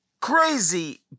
crazy